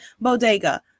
bodega